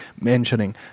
mentioning